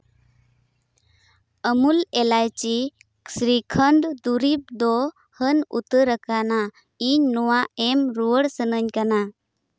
ᱟᱹᱢᱩᱞ ᱤᱞᱟᱹᱭᱪᱤ ᱥᱨᱤᱠᱷᱚᱸᱰ ᱫᱩᱨᱤᱵᱽ ᱫᱚ ᱦᱟᱹᱱ ᱩᱛᱟᱹᱨ ᱟᱠᱟᱱᱟ ᱤᱧ ᱱᱚᱣᱟ ᱮᱢ ᱨᱩᱭᱟᱹᱲ ᱥᱟᱹᱱᱟᱹᱧ ᱠᱟᱱᱟ